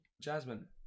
Jasmine